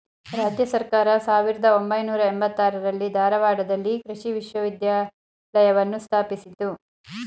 ರಾಜ್ಯ ಸರ್ಕಾರ ಸಾವಿರ್ದ ಒಂಬೈನೂರ ಎಂಬತ್ತಾರರಲ್ಲಿ ಧಾರವಾಡದಲ್ಲಿ ಕೃಷಿ ವಿಶ್ವವಿದ್ಯಾಲಯವನ್ನು ಸ್ಥಾಪಿಸಿತು